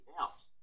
out